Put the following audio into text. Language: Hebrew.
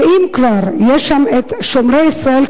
אם כבר יש שם שומרי ישראל,